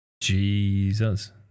Jesus